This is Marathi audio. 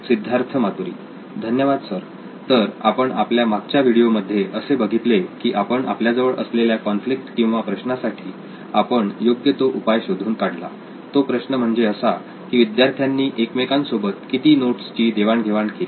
सिद्धार्थ मातुरी धन्यवाद सर तर आपण आपल्या मागच्या व्हिडिओ मध्ये असे बघितले की आपण आपल्याजवळ असलेल्या कॉन्फ्लिक्ट किंवा प्रश्नासाठी आपण योग्य तो उपाय शोधून काढला तो प्रश्न म्हणजे असा की विद्यार्थ्यांनी एकमेकांसोबत किती नोट्सची देवाण घेवाण केली